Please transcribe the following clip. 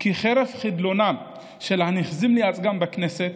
כי חרף חדלונם של הנחזים לייצגם בכנסת,